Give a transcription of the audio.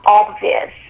obvious